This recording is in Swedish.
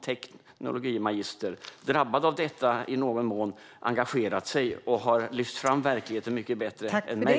Han är i någon mån drabbad av detta problem och har engagerat sig i frågan, och han har lyft fram verkligheten mycket bättre än jag.